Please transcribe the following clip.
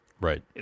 Right